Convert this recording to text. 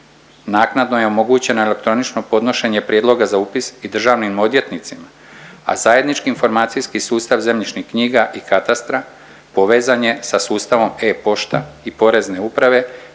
Naknadno je omogućeno elektronično podnošenje prijedloga za upis i državnim odvjetnicima, a zajednički informacijski sustav zemljišnih knjiga i katastra povezan je sa sustavom e-Pošta i Porezne uprave